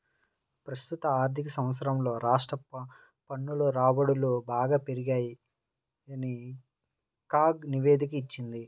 ప్రస్తుత ఆర్థిక సంవత్సరంలో రాష్ట్ర పన్నుల రాబడులు బాగా పెరిగాయని కాగ్ నివేదిక ఇచ్చింది